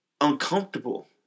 uncomfortable